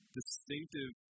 distinctive